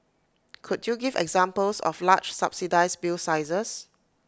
could you give examples of large subsidised bill sizes